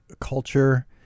culture